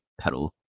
pedal